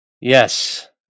Yes